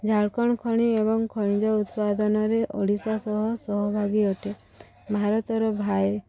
ଝାଡ଼ଖଣ୍ଡ ଖଣି ଏବଂ ଖଣିଜ ଉତ୍ପାଦନରେ ଓଡ଼ିଶା ସହ ସହଭାଗୀ ଅଟେ ଭାରତର ଭାଇ